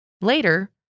Later